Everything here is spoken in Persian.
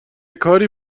کاری